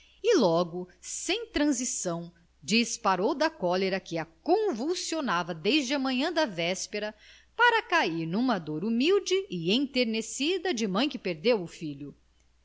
e logo sem transição disparou da cólera que a convulsionava desde a manhã da véspera para cair numa dor humilde enternecida de mãe que perdeu o filho